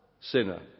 sinner